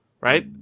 right